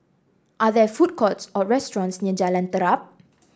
are there food courts or restaurants near Jalan Terap